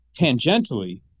tangentially